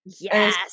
Yes